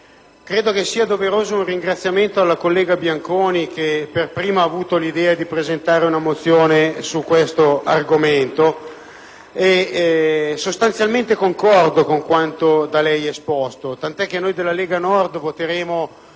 credo che sia doveroso un ringraziamento alla collega Bianconi che per prima ha avuto l'idea di presentare una mozione su questo argomento. Sostanzialmente concordo con quanto da lei esposto tant'è che noi della Lega Nord voteremo